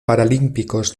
paralímpicos